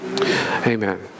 Amen